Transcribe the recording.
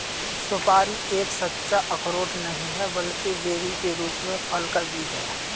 सुपारी एक सच्चा अखरोट नहीं है, बल्कि बेरी के रूप में फल का बीज है